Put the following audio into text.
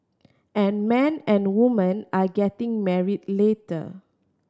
and man and woman are getting married later